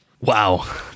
wow